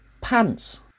pants